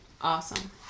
Awesome